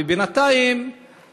ובינתיים,